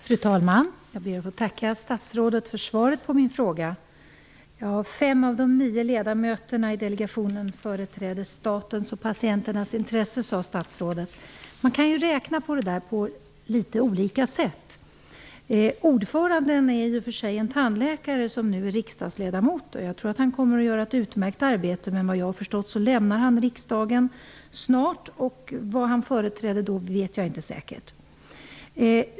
Fru talman! Jag ber att få tacka statsrådet för svaret på min fråga. Fem av de nio ledamöterna i delegationen företräder statens och patienternas intressen, sade statsrådet. Man kan räkna på det här på litet olika sätt. Ordföranden är i och för sig en tandläkare som nu är riksdagsledamot. Jag tror att han kommer att göra ett utmärkt arbete. Men enligt vad jag har förstått så lämnar han riksdagen snart, och jag vet inte riktigt vem han då företräder.